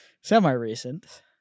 semi-recent